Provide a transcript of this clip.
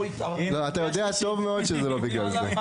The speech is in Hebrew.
בשנות ה-20